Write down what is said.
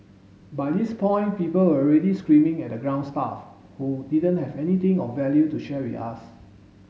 by this point people were already screaming at the ground staff who didn't have anything of value to share with us